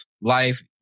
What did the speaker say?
life